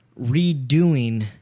redoing